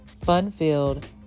fun-filled